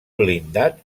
blindat